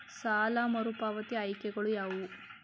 ಸಾಲ ಮರುಪಾವತಿ ಆಯ್ಕೆಗಳು ಯಾವುವು?